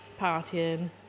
partying